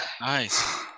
Nice